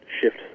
shift